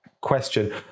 question